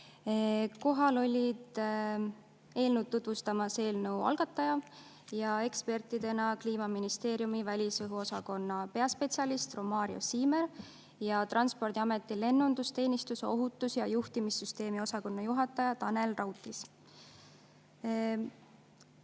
Kohal olid eelnõu tutvustamas eelnõu algataja ning ekspertidena Kliimaministeeriumi välisõhu osakonna peaspetsialist Romario Siimer ja Transpordiameti lennundusteenistuse ohutuse ja juhtimissüsteemi osakonna juhataja Tanel Rautits.